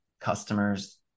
customers